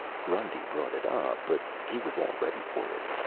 grundy brought it up, but he was all ready for it.